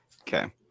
okay